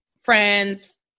friends